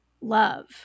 love